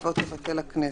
יבוא: "תבטל הכנסת".